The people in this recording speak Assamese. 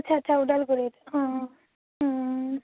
আচ্ছা আচ্ছা ওদালগুৰিত অঁ